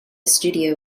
studio